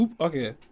Okay